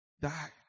die